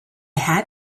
had